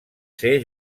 ser